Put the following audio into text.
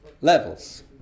levels